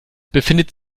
befindet